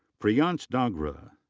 priyansh dogra.